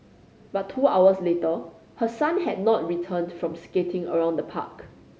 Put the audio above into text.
but two hours later her son had not returned from skating around the park